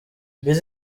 bill